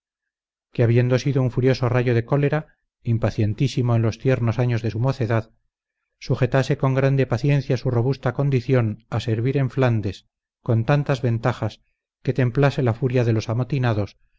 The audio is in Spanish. que habiendo sido un furioso rayo de cólera impacientísimo en los tiernos años de su mocedad sujetase con grande paciencia su robusta condición a servir en flandes con tantas ventajas que templase la furia de los amotinados